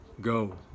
go